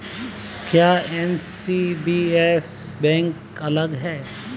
क्या NBFC bank से अलग है?